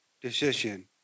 decision